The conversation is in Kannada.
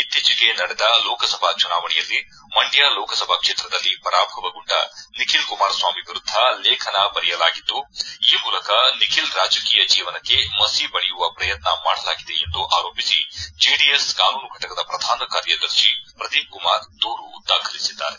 ಇತ್ತೀಚೆಗೆ ನಡೆದ ಲೋಕಸಭಾ ಚುನಾವಣೆಯಲ್ಲಿ ಮಂಡ್ಕ ಲೋಕಸಭಾ ಕ್ಷೇತ್ರದಲ್ಲಿ ಪರಾಭವಗೊಂಡ ನಿಖಿಲ್ ಕುಮಾರಸ್ವಾಮಿ ವಿರುದ್ದ ಲೇಖನ ಬರೆಯಲಾಗಿದ್ದು ಈ ಮೂಲಕ ನಿಖಿಲ್ ರಾಜಕೀಯ ಜೀವನಕ್ಕೆ ಮಸಿ ಬಳಿಯುವ ಪ್ರಯತ್ನ ಮಾಡಲಾಗಿದೆ ಎಂದು ಆರೋಪಿಸಿ ಜೆಡಿಎಸ್ ಕಾನೂನು ಫೆಟಕದ ಪ್ರಧಾನ ಕಾರ್ಯದರ್ಶಿ ಪ್ರದೀಪ್ ಕುಮಾರ್ ದೂರು ದಾಖಲಿಸಿದ್ದಾರೆ